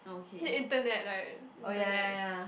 need internet right internet